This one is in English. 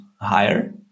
higher